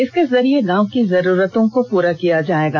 इसके जरिए गांव की जरूरतों को पूरा किया जाएगा